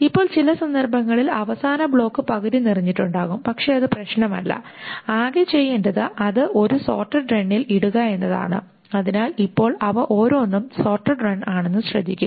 ഇപ്പോൾ ചില സന്ദർഭങ്ങളിൽ അവസാന ബ്ലോക്ക് പകുതി നിറഞ്ഞിട്ടുണ്ടാകാം പക്ഷേ അത് പ്രശ്നമല്ല ആകെ ചെയ്യേണ്ടത് അത് ഒരു സോർട്ടഡ് റണ്ണിൽ ഇടുക എന്നതാണ് അതിനാൽ ഇപ്പോൾ ഇവ ഓരോന്നും സോർട്ടഡ് റൺ ആണെന്ന് ശ്രദ്ധിക്കുക